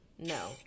No